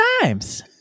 times